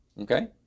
Okay